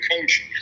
coach